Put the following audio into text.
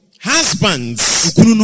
Husbands